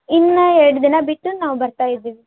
ಇನ್ನು ಎರಡು ದಿನ ಬಿಟ್ಟು ನಾವು ಬರ್ತಾಯಿದ್ದೀವಿ